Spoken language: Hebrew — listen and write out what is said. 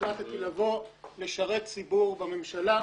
החלטתי לבוא לשרת ציבור בממשלה,